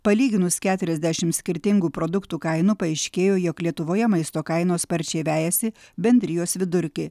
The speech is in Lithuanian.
palyginus keturiasdešim skirtingų produktų kainų paaiškėjo jog lietuvoje maisto kainos sparčiai vejasi bendrijos vidurkį